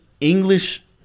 English